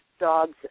dogs